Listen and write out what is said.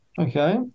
okay